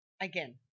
again